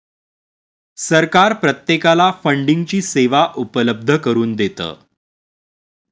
सरकार प्रत्येकाला फंडिंगची सेवा उपलब्ध करून देतं